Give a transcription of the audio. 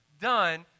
done